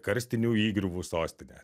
karstinių įgriuvų sostinė